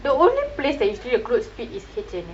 the only place that usually your clothes fit is H&M